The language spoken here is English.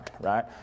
right